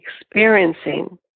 experiencing